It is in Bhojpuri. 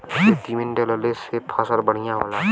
खेती में डलले से फसल बढ़िया होला